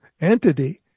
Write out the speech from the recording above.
entity